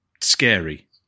scary